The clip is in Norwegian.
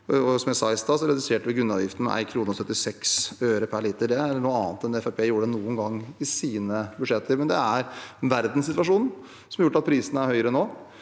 som jeg sa i stad, reduserte vi grunnavgiften med 1,76 kr per liter. Det er noe annet enn det Fremskrittspartiet noen gang gjorde i sine budsjetter. Det er verdenssituasjonen som har gjort at prisene er høyere nå,